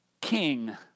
king